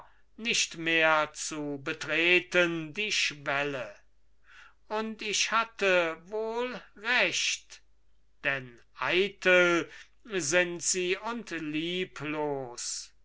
nicht mehr zu betreten die schwelle und ich hatte wohl recht denn eitel sind sie und lieblos